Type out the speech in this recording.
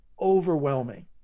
overwhelming